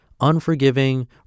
unforgiving